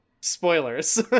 spoilers